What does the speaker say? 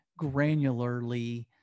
granularly